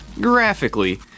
Graphically